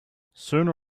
sooner